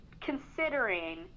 considering